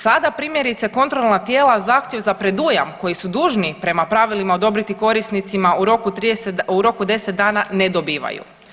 Sada primjerice kontrolna tijela zahtjev za predujam koji su dužni prema pravilima odobriti korisnicima u roku 30, u roku 10 dana ne dobivaju.